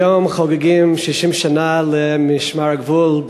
היום חוגגים בכנסת 60 שנה למשמר הגבול.